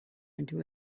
into